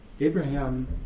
Abraham